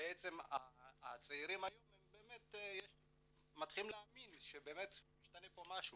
שבעצם הצעירים היום באמת מתחילים להאמין שמשתנה כאן משהו.